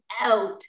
out